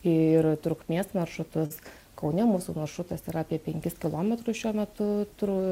ir trukmės maršrutus kaune mūsų maršrutas yra apie penkis kilometrus šiuo metu tru